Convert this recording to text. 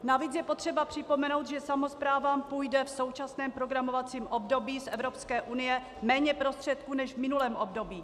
Navíc je potřeba připomenout, že samosprávám půjde v současném programovacím období z Evropské unie méně prostředků než v minulém období.